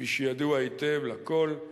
כפי שידוע היטב לכול,